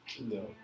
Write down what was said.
No